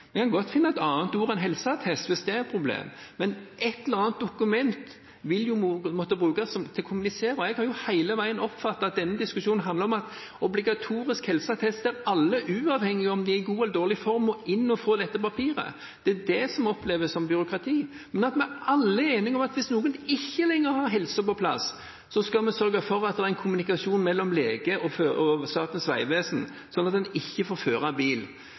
kan godt finne et annet ord enn helseattest hvis det er et problem, men et eller annet dokument vil måtte brukes til å kommunisere med. Jeg har hele tiden oppfattet det som at denne diskusjonen handler om at det er obligatorisk helseattest – der alle, uavhengig av om de er i god eller dårlig form, må inn og få dette papiret – som oppleves som byråkrati, men at vi alle er enige om at hvis noen ikke lenger har helsen på plass, skal vi sørge for at det er en kommunikasjon mellom lege og Statens vegvesen, sånn at en ikke får føre bil.